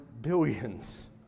billions